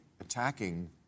attacking